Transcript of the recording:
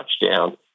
touchdown